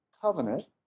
covenant